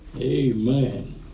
Amen